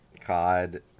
COD